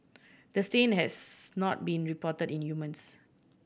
the strain has not been reported in humans